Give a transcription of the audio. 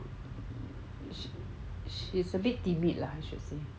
she's a bit timid lah I should say